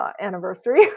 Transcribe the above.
anniversary